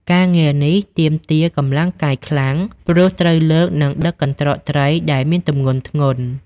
ការងារនេះទាមទារ កម្លាំងកាយ ខ្លាំង ព្រោះត្រូវលើកនិងដឹកកន្ត្រកត្រីដែលមានទម្ងន់ធ្ងន់។